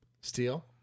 Steel